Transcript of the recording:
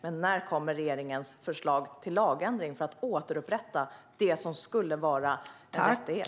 Men när kommer regeringens förslag till lagändring för att återupprätta det som skulle vara en rättighet?